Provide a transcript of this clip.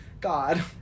God